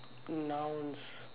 nouns